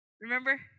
remember